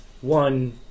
One